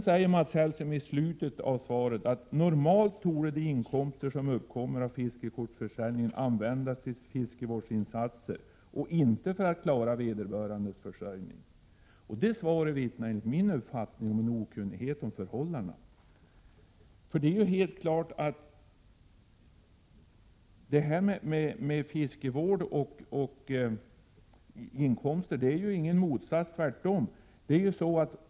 I slutet av svaret säger Mats Hellström: ”Normalt torde de inkomster som uppkommer av fiskekortsförsäljning användas till fiskevårdsinsatser och inte för att klara vederbörandes försörjning.” Det uttalandet vittnar enligt min uppfattning om en okunnighet om förhållandena. Det är ju helt klart att detta med fiskevård och inkomster inte innebär någon motsättning — tvärtom.